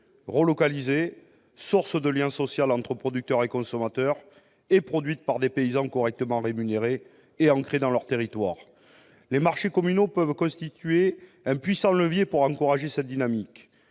relocalisée, source de lien social entre producteurs et consommateurs et produite par des paysans correctement rémunérés et ancrés dans leur territoire. Les marchés communaux peuvent constituer un puissant levier pour encourager cette dynamique.